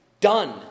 done